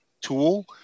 tool